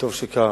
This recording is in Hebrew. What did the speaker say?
וטוב שכך,